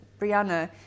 Brianna